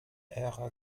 ära